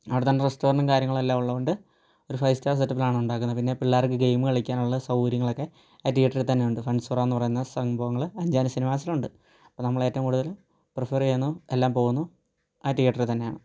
അവിടെ തന്നെ റെസ്റ്റോറൻറ്റ് കാര്യങ്ങളെല്ലാം ഉള്ളതുകൊണ്ട് ഒരു ഫൈവ് സ്റ്റാർ സെറ്റപ്പിലാണ് ഉണ്ടാകുന്നത് പിന്നെ പിളേളർക്ക് ഗെയിം കളിക്കാൻ ഉള്ള സൗകര്യങ്ങളൊക്കെ ആ തീയേറ്ററിൽ തന്നെയുണ്ട് ഫൺസ്യുറ എന്ന് പറയുന്ന സംഭവങ്ങൾ അഞ്ചാനീ സിനിമാസിലുണ്ട് നമ്മൾ ഏറ്റവും കൂടുതൽ പ്രീഫെർ ചെയ്യുന്നു എല്ലാം പോകുന്നു ആ തീയേറ്ററിൽ തന്നെയാണ്